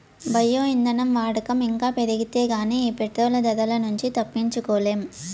bio ఇంధనం వాడకం ఇంకా పెరిగితే గానీ ఈ పెట్రోలు ధరల నుంచి తప్పించుకోలేం